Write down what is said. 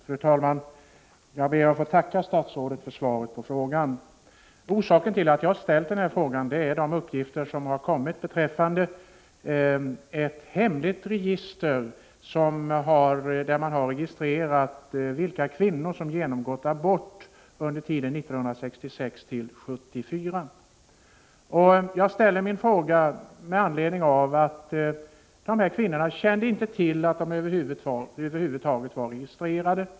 Fru talman! Jag ber att få tacka statsrådet för svaret på frågan. Orsaken till att jag har ställt frågan är de uppgifter som har kommit fram beträffande ett hemligt register, där man har registrerat kvinnor som genomgått abort under tiden 1966-1974. Dessa kvinnor har inte känt till att de över huvud taget var registrerade.